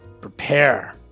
prepare